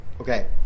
Okay